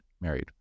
married